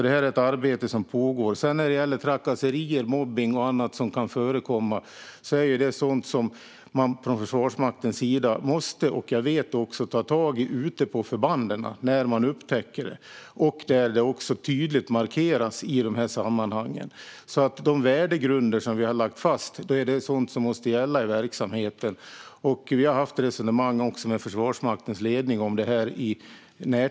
Detta är ett arbete som pågår. Trakasserier, mobbning och annat som kan förekomma är sådant som man från Försvarsmaktens sida måste ta tag i ute på förbanden när man upptäcker det, och jag vet att det görs. Det markeras tydligt i de här sammanhangen. De värdegrunder som vi har lagt fast måste gälla i verksamheten. Vi har också i närtid haft resonemang med Försvarsmaktens ledning om det här.